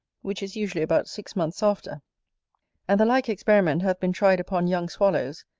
which is usually about six months after and the like experiment hath been tried upon young swallows,